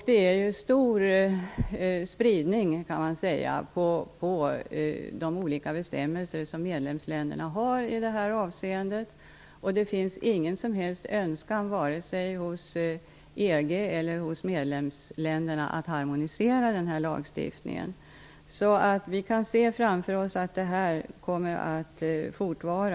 Det är stor spridning på de bestämmelser som de olika medlemsländerna har i detta avseende. Det finns ingen som helst önskan, vare sig hos EG eller medlemsländerna, att harmonisera den här lagstiftningen. Vi kan se framför oss att den här situationen kommer att bestå.